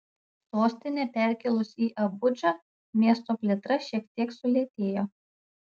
sostinę perkėlus į abudžą miesto plėtra šiek tiek sulėtėjo